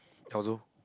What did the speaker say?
although